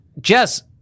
Jess